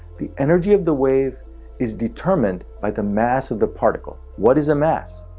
the energy of the wave is determined by the mass of the particle. what is a mass?